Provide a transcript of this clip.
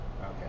Okay